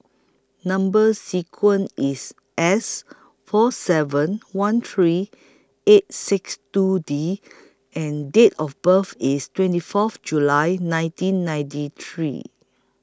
Number sequence IS S four seven one three eight six two D and Date of birth IS twenty forth July nineteen ninety three